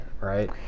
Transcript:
right